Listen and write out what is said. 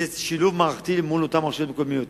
זה שילוב מערכתי מול אותן רשויות מקומיות.